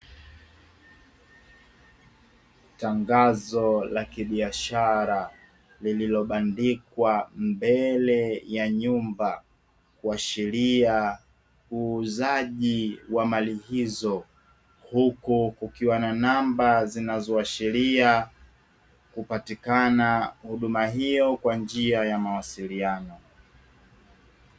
Tangazo la kibiashara lililobandikwa mbele ya nyumba, kuashiria uuzaji wa mali hizo. Huku kukiwa na namba zinazoashiria kupatikana huduma hiyo kwa njia ya mawasiliano.